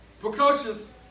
precocious